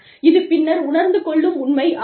இது பின்னர் உணர்ந்து கொள்ளும் உண்மை ஆகும்